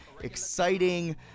exciting